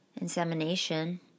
Insemination